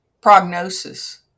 prognosis